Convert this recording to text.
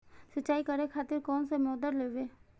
सीचाई करें खातिर कोन सा मोटर लेबे?